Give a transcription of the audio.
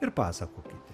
ir pasakokite